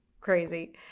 crazy